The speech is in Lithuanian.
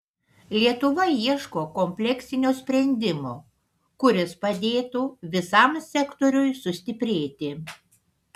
lietuva ieško kompleksinio sprendimo kuris padėtų visam sektoriui sustiprėti